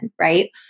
right